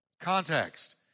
context